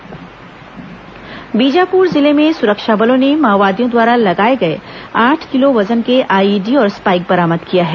IED बरामद बीजापुर जिले में सुरक्षा बलों ने माओवादियों द्वारा लगाए गए आठ किलो वजन के आईईडी और स्पाईक बरामद किया है